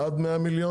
עד 100 מיליון?